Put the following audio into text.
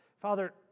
Father